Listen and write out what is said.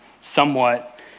somewhat